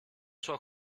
sua